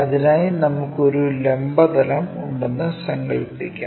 അതിനായി നമുക്ക് ഒരു ലംബ തലം ഉണ്ടെന്ന് സങ്കല്പിക്കാം